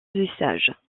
usages